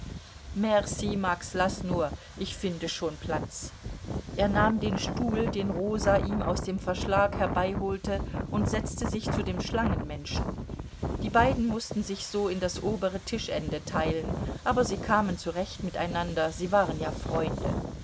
merci max laß nur ich finde schon platz er nahm den stuhl den rosa ihm aus dem verschlag herbeiholte und setzte sich zu dem schlangenmenschen die beiden mußten sich so in das obere tischende teilen aber sie kamen zurecht miteinander sie waren ja freunde